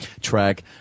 track